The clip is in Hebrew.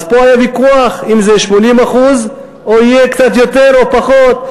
אז פה היה ויכוח אם זה 80% או יהיה קצת יותר או פחות.